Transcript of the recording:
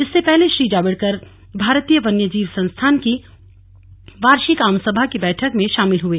इससे पहले श्री जावडेकर भारतीय वन्य जीव संस्थान की वार्षिक आम सभा की बैठक में शामिल हुए